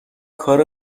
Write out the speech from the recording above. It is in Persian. کار